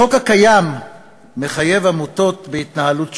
החוק הקיים מחייב עמותות בהתנהלות שקופה,